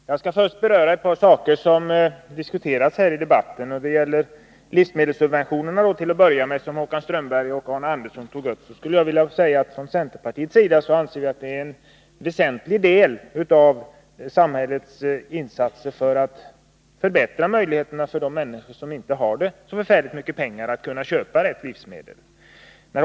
Herr talman! Jag skall först beröra ett par saker som diskuterats i den här debatten. Det gäller livsmedelssubventionerna. Med anledning av vad Håkan Strömberg och Arne Andersson i Ljung tog upp skulle jag vilja säga att vi från centerpartiet anser att det här är fråga om en väsentlig samhällelig insats för att förbättra möjligheterna för de människor som inte har så förfärligt mycket pengar att köpa de rätta livsmedlen.